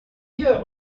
hier